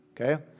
Okay